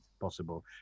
possible